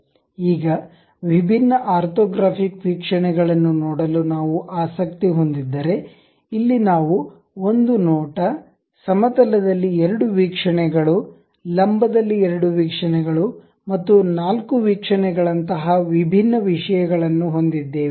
ಈಗ ವಿಭಿನ್ನ ಆರ್ಥೋಗ್ರಾಫಿಕ್ ವೀಕ್ಷಣೆಗಳನ್ನು ನೋಡಲು ನಾವು ಆಸಕ್ತಿ ಹೊಂದಿದ್ದರೆ ಇಲ್ಲಿ ನಾವು ಒಂದು ನೋಟ ಸಮತಲದಲ್ಲಿ ಎರಡು ವೀಕ್ಷಣೆಗಳುಲಂಬದಲ್ಲಿ ಎರಡು ವೀಕ್ಷಣೆಗಳು ಮತ್ತು ನಾಲ್ಕು ವೀಕ್ಷಣೆಗಳಂತಹ ವಿಭಿನ್ನ ವಿಷಯಗಳನ್ನು ಹೊಂದಿದ್ದೇವೆ